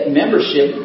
membership